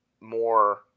more